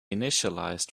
initialized